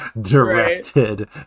directed